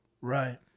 Right